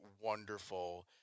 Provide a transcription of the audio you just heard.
wonderful